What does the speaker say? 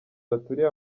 baturiye